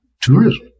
tourism